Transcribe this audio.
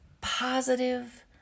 positive